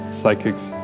psychics